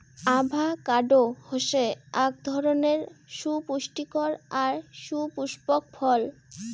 avocado হসে আক ধরণের সুপুস্টিকর আর সুপুস্পক ফল